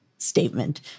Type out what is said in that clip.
statement